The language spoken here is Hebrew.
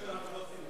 ,